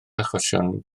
achosion